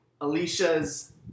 Alicia's